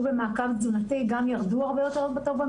במעקב תזונתי גם ירדו במשקל הרבה יותר טוב,